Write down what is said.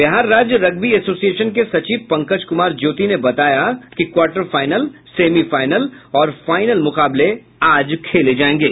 बिहार राज्य rugby association के सचिव पंकज कुमार ज्योति ने बताया कि क्वार्टर फाइनल सेमीफाइनल और फाइनल मैच आज खेले जायेंगे